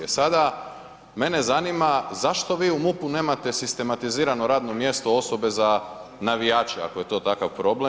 Sada mene zanima zašto vi u MUP-u nemate sistematizirano radno mjesto osobe za navijače ako je to takav problem?